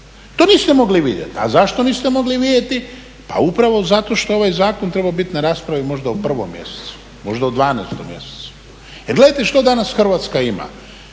To niste mogli vidjeti. A zašto niste mogli vidjeti? Pa upravo zato što je ovaj zakon trebao biti na raspravi možda u prvom mjesecu, možda u 12. mjesecu. Jer gledajte što danas Hrvatska ima?